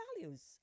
values